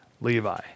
Levi